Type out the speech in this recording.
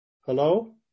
Hello